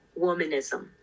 womanism